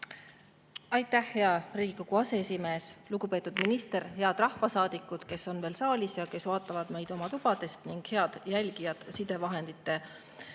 Aitäh, hea Riigikogu aseesimees! Lugupeetud minister! Head rahvasaadikud, kes on veel saalis ja kes vaatavad meid oma tubadest! Head jälgijad sidevahendite